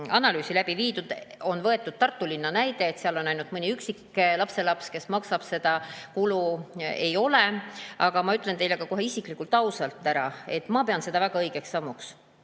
analüüsi läbi viies võeti Tartu linna näide, aga seal on ainult mõni üksik lapselaps, kes [seda tasu] maksab, seda kulu ei ole. Aga ma ütlen teile kohe isiklikult ausalt ära, et ma pean seda väga õigeks sammuks.